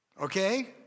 okay